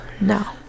No